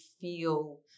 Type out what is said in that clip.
feel